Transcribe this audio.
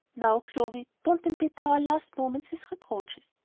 now, clovy, don't embitter our last moments with reproaches.